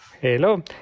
Hello